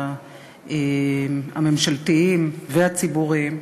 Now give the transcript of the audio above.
הממשלתיים והציבוריים.